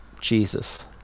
Jesus